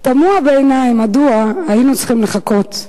תמוה בעיני מדוע היינו צריכים לחכות,